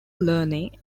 learning